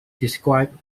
described